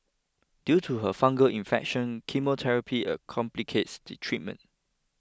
due to her fungal infection chemotherapy complicates the treatment